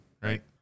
Right